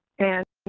and